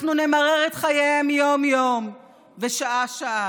אנחנו נמרר את חייהם יום-יום ושעה-שעה.